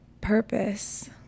purpose